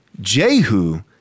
Jehu